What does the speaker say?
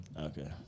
Okay